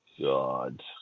God